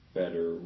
better